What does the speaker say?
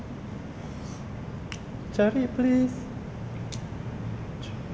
cari please